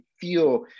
feel